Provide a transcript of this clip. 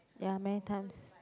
ya many times